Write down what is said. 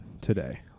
today